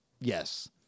Yes